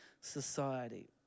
society